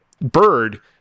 bird